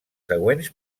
següents